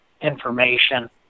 information